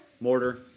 mortar